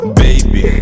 baby